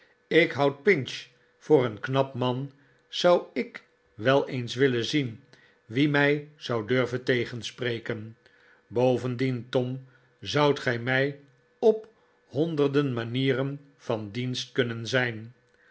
ik houd pinch voor een knap man zou ik wel eens willen zien wie mij zou durven tegenspreken bovendien tom zoudt gij mij op honderden manieren van dienst kunnen zijn